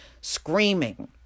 screaming